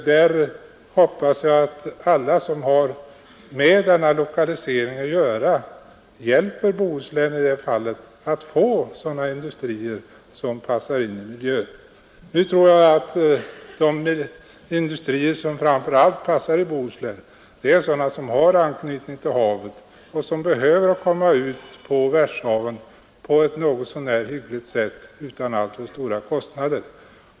Jag hoppas därför att alla som har med lokaliseringen att göra hjälper Bohuslän att få sådana industrier förlagda dit som passar in i miljön. De industrier som framför allt passar i Bohuslän tror jag är sådana som har anknytning till havet och som behöver komma ut på världshaven relativt enkelt och utan alltför stora kostnader.